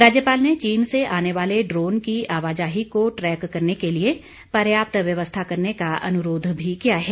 राज्यपाल ने चीन से आने वाले ड्रोन की आवाजाही को ट्रैक करने के लिए पर्याप्त व्यवस्था करने का अनुरोध भी किया है